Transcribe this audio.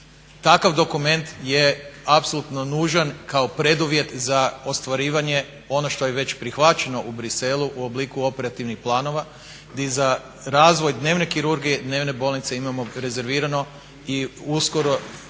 Takav dokument je apsolutno nužan kao preduvjet za ostvarivanje onog što je već prihvaćeno u Bruxellesu u obliku operativnih planova gdje za razvoj dnevne kirurgije, dnevne bolnice imamo rezervirano i uskoro čim se